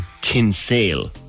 Kinsale